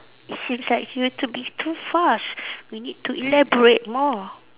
seems like you to be too fast we need to elaborate more